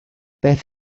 beth